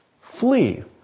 flee